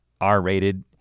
R-rated